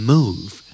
Move